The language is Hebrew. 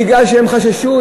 מפני שהם חששו,